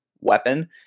weapon